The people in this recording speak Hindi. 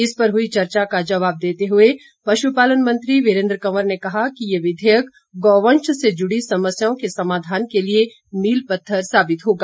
इस पर हुई चर्चा का जवाब देते हुए पशुपालन मंत्री वीरेंद्र कंवर ने कहा कि ये विधेयक गौवंश से जुड़ी समस्याओं के समाधन के लिए मील पत्थर साबित होगा